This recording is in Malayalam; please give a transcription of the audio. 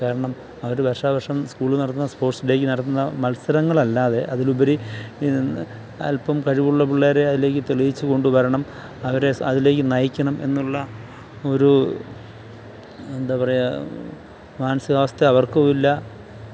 കാരണം അവർ വർഷാവർഷം സ്കൂൾ നടത്തുന്ന സ്പോർട്സ് ഡേയ്ക്കു നടത്തുന്ന മത്സരങ്ങളല്ലാതെ അതിലുപരി അല്പം കഴിവുള്ള പിള്ളേരെ അതിലേക്കു തെളിയിച്ചു കൊണ്ടു വരണം അവരെ അതിലേക്കു നയിക്കണം എന്നുള്ള ഒരു എന്താ പറയുക മാനസികാവസ്ഥ അവർക്കും ഇല്ല